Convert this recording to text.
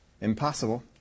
impossible